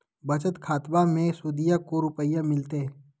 बचत खाताबा मे सुदीया को रूपया मिलते?